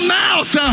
mouth